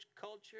culture